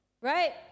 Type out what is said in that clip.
Right